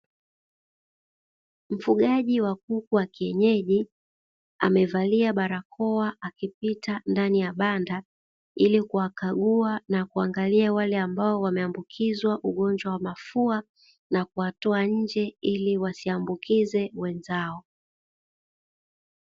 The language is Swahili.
Mfugaji wa kuku wa kienyeji, amevalia barakoa, akipita ndani ya banda ili kuwakagua na kuwaangalia wale ambao wameambukizwa ugonjwa wa mafua, na kuwatoa nje ili wasiambukize wenzao.